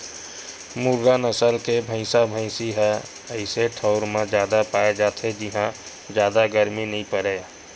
मुर्रा नसल के भइसा भइसी ह अइसे ठउर म जादा पाए जाथे जिंहा जादा गरमी नइ परय